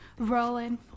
rolling